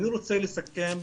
אני רוצה לסכם.